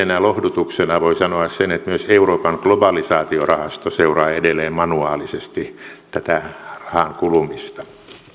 alussa pienenä lohdutuksena voin sanoa sen että myös euroopan globalisaatiorahasto seuraa edelleen manuaalisesti rahan kulumista